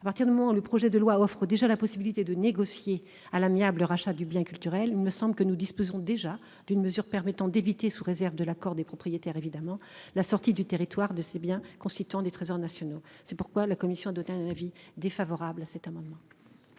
à partir du moment où le projet de loi offrent déjà la possibilité de négocier à l'amiable rachat du bien culturel. Il me semble que nous disposons déjà d'une mesure permettant d'éviter sous réserve de l'accord des propriétaires évidemment la sortie du territoire de biens constituant des trésors nationaux. C'est pourquoi la Commission a donné un avis défavorable à cet amendement.